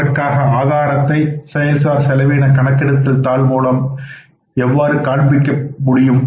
அதற்கான ஆதாரதத்தை செயல் சார் செலவின கணக்கெடுத்தல் தாள் மூலம் எவ்வாறு காண்பிக்கப்பட வேண்டும்